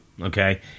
okay